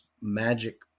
magic